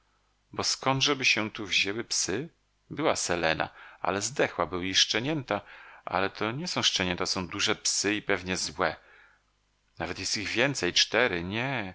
bo zkądżeby się tu wzięły psy była selena ale zdechła były i szczenięta ale to nie są szczenięta to są duże psy i pewnie złe nawet jest ich więcej cztery nie